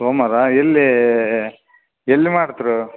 ಸೋಮ್ವಾರ ಎಲ್ಲಿ ಎಲ್ಲಿ ಮಾಡ್ತ್ರಿ